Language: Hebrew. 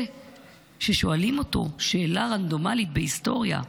זה שכששואלים אותו שאלה רנדומלית בהיסטוריה,